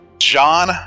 John